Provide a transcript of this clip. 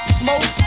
smoke